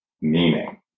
meaning